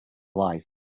life